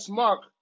mark